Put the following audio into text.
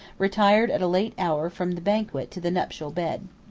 retired at a late hour from the banquet to the nuptial bed.